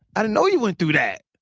i didn't know you went through that.